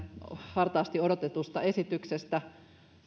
hartaasti odotetusta esityksestä